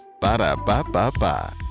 Ba-da-ba-ba-ba